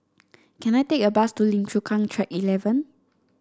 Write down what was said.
can I take a bus to Lim Chu Kang Track Eleven